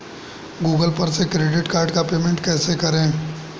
Google पर से credit card का पेमेंट कैसे करें?